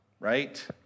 Right